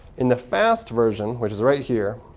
in the fast version, which is right here,